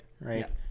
right